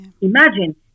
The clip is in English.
Imagine